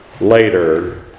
later